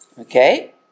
Okay